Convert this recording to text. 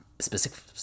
specific